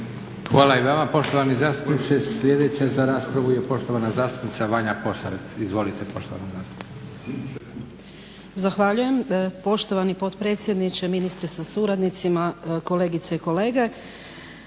Hvala i vama poštovani zastupniče. Sljedeća za raspravu je poštovana zastupnica Vanja Posavec. Izvolite poštovana zastupnice. **Posavac, Vanja (SDP)** Zahvaljujem poštovani potpredsjedniče, ministre sa suradnicima, kolegice i kolege.